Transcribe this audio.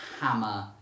hammer